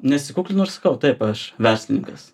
nesikuklinu ir sakau taip aš verslininkas